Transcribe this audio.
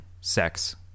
sex